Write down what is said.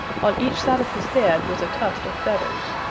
on each side of his head was a tuft of feathers.